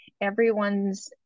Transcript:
everyone's